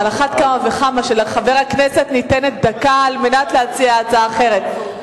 על אחת כמה וכמה כשלחבר הכנסת ניתנת דקה על מנת להציע הצעה אחרת.